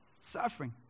Suffering